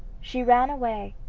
she ran away,